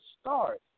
start